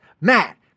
Matt